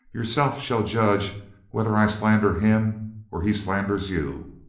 yourself shall judge whether i slander him or he slanders you.